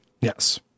Yes